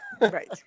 Right